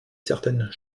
certaines